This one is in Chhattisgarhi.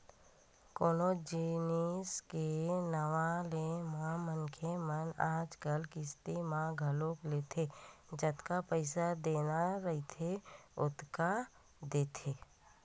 कोनो जिनिस के नवा ले म मनखे मन आजकल किस्ती म घलोक लेथे जतका पइसा देना रहिथे ओतका देथे